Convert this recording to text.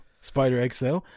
Spider-XL